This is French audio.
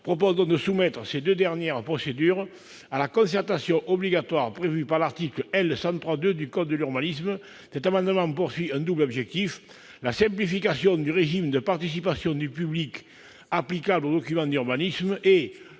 vise donc à soumettre ces deux dernières procédures à la concertation obligatoire prévue par l'article L. 103-2 du code de l'urbanisme. Ses auteurs visent ainsi un double objectif : la simplification du régime de participation du public applicable aux documents d'urbanisme et